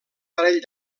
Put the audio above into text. parell